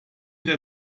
der